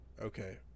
Okay